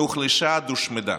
מהוחלשה עד הושמדה.